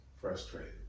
Frustrated